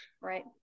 right